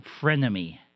frenemy